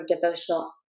devotional